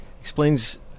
explains